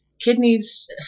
kidneys